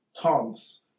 tons